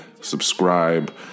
subscribe